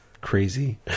crazy